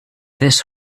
this